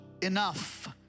enough